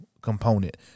component